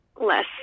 less